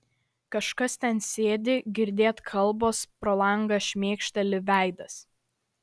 kažkas ten sėdi girdėt kalbos pro langą šmėkšteli veidas